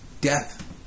death